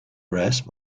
rasp